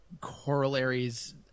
corollaries